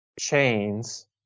chains